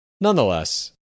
Nonetheless